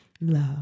love